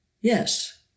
Yes